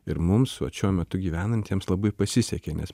ir mums vat šiuo metu gyvenantiems labai pasisekė nes